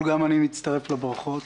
גם אני מצטרף לברכות,